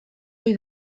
ohi